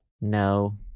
No